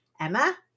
Emma